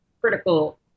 critical